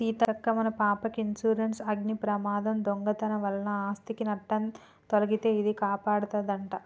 సీతక్క మన పాపకి ఇన్సురెన్సు అగ్ని ప్రమాదం, దొంగతనం వలన ఆస్ధికి నట్టం తొలగితే ఇదే కాపాడదంట